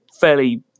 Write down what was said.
fairly